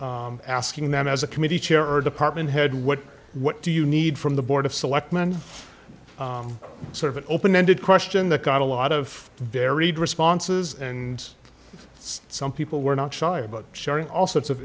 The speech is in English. belmont asking them as a committee chair or department head what what do you need from the board of selectmen sort of an open ended question that got a lot of varied responses and some people were not shy about sharing all sorts of